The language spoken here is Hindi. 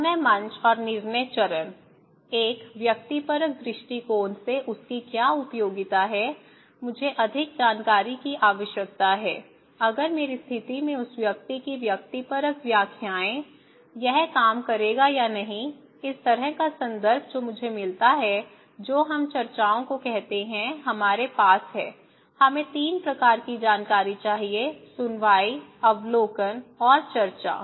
अनुनय मंच और निर्णय चरण एक व्यक्तिपरक दृष्टिकोण से उस की क्या उपयोगिता है मुझे अधिक जानकारी की आवश्यकता है अगर मेरी स्थिति में उस व्यक्ति की व्यक्तिपरक व्याख्याएं यह काम करेगा या नहीं इस तरह का संदर्भ जो मुझे मिलता है जो हम चर्चाओं को कहते हैं हमारे पास है हमें 3 प्रकार की जानकारी चाहिए सुनवाई अवलोकन और चर्चा